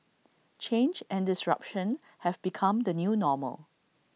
change and disruption have become the new normal